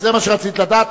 זה מה שרציתי לדעת.